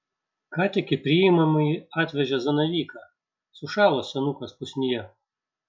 ką tik į priimamąjį atvežė zanavyką sušalo senukas pusnyje